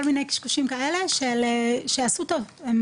כל מיני קשקושים כאלה שעשו טוב,